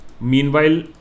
Meanwhile